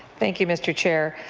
thank you, mr. chair.